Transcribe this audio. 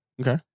Okay